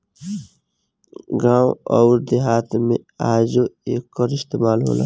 गावं अउर देहात मे आजो एकर इस्तमाल होला